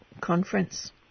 conference